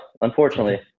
unfortunately